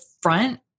front